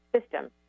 system